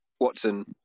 Watson